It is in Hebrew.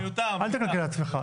אל תקלקל לעצמך.